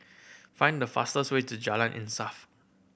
find the fastest way to Jalan Insaf